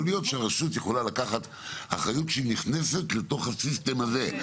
יכול להיות שרשות יכולה לקחת אחריות שהיא נכנסת לתוך הסיסטם הזה.